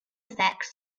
effects